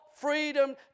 Freedom